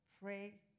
Pray